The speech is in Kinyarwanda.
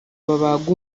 babaga